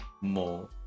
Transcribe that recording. more